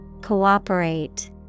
Cooperate